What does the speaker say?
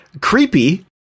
creepy